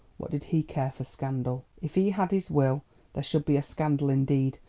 what did he care for scandal? if he had his will there should be a scandal indeed,